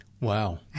Wow